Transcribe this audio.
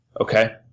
okay